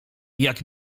jak